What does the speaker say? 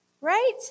right